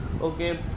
Okay